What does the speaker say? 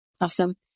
Awesome